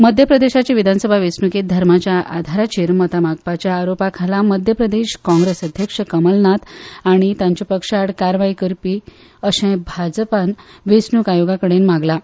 मध्य प्रदेशाचे विधानसभा वेंचणुकेंत धर्माच्या आदाराचेर मता मागपाच्या आरोपा खाला मध्य प्रदेश काँग्रेस अध्यक्ष कलमनाथ आनी तांच्या पक्षा आड कारवाय करची अशी भाजपान वेंचणूक आयोगा कडेन मागलां